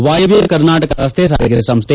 ವಾಯವ್ಯ ಕರ್ನಾಟಕ ರಸ್ತೆ ಸಾರಿಗೆ ಸಂಸ್ಥೆ